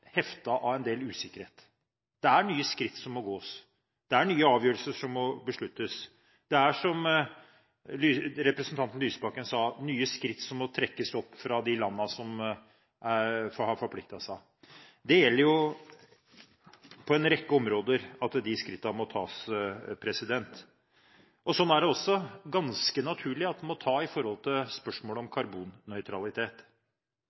heftet med en del usikkerhet. Det er nye skritt som må gås, det er nye avgjørelser som må tas. Det er, som representanten Lysbakken sa, nye skritt som må tas fra de landene som har forpliktet seg. Det gjelder jo på en rekke områder at de skrittene må tas, og som det også er ganske naturlig at en må ta når det gjelder spørsmålet om